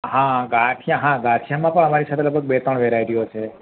હા ગાંઠિયા હા ગાંઠિયામાં પણ આમારી પાસે બે ત્રણ વેરાઇટીઓ છે